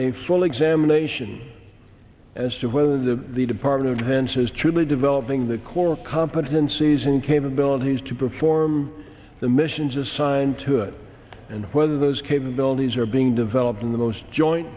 a full examination as to whether the department of defense is truly developing the core competencies and capabilities to perform the missions assigned to it and whether those capabilities are being developed in the most joint